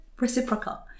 reciprocal